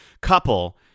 couple